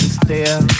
stare